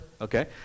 Okay